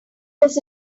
does